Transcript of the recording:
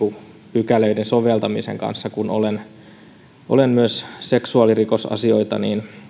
pykälien soveltamisen kanssa kun olen myös seksuaalirikosasioita